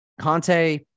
Conte